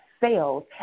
sales